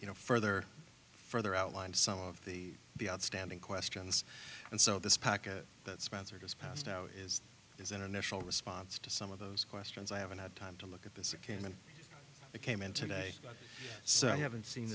you know further further outlined some of the the outstanding questions and so this package that sponsored has passed now is is an initial response to some of those questions i haven't had time to look at this it came and it came in today so i haven't seen